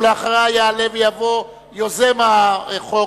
אחריה יעלה ויבוא יוזם החוק,